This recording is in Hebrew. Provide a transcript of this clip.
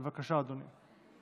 בבקשה, אדוני.